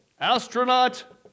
astronaut